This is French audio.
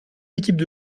équipes